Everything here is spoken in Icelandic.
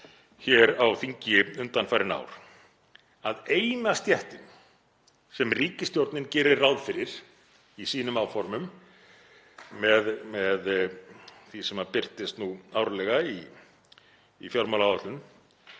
hér á þingi undanfarin ár, að eina stéttin sem ríkisstjórnin gerir ráð fyrir í sínum áformum með því sem birtist nú árlega í fjármálaáætlun